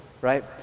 right